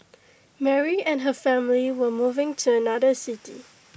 Mary and her family were moving to another city